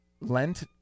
lent